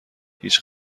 هیچ